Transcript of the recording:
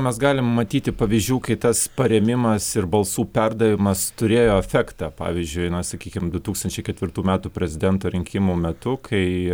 mes galim matyti pavyzdžių kai tas parėmimas ir balsų perdavimas turėjo efektą pavyzdžiui na sakykim du tūkstančiai ketvirtų metų prezidento rinkimų metu kai